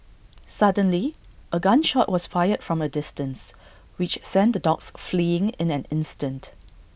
suddenly A gun shot was fired from A distance which sent the dogs fleeing in an instant